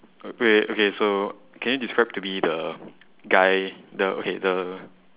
wait wait wait okay so can you describe to me the guy the okay the